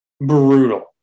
brutal